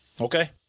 Okay